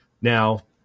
Now